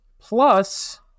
Plus